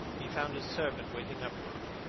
he found his servant waiting up for him.